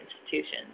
institutions